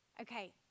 Okay